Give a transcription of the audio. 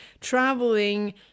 traveling